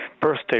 birthday